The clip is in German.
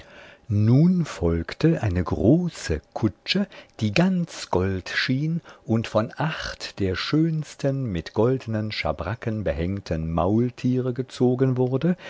nun folgte eine große kutsche die ganz gold schien und von acht der schönsten mit goldnen schabracken behängten maultiere gezogen wurde